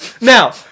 Now